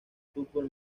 fútbol